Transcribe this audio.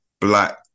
black